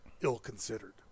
ill-considered